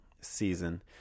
season